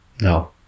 No